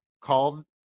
called